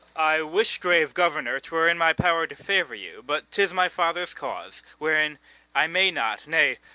i wish, grave governor, twere in my power to favour you but tis my father's cause, wherein i may not, nay,